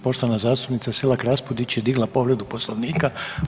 Poštovana zastupnica Selak Raspudić je digla povredu Poslovnika.